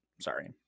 Sorry